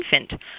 infant